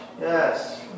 Yes